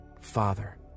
father